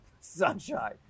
sunshine